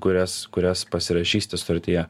kurias kurias pasirašysite sutartyje